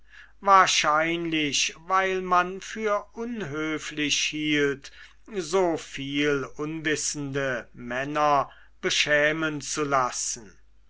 wahrscheinlich weil man für unhöflich hielt so viel unwissende männer beschämen zu lassen